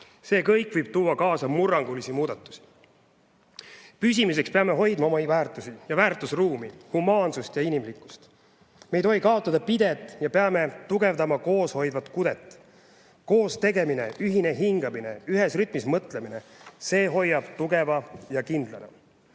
See kõik võib tuua kaasa murrangulisi muudatusi. Püsimiseks peame hoidma omi väärtusi ja väärtusruumi, humaansust ja inimlikkust. Me ei tohi kaotada pidet ja peame tugevdama kooshoidvat kudet. Koos tegemine, ühine hingamine, ühes rütmis mõtlemine – see hoiab tugevana ja kindlana.